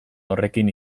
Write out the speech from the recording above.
horrekin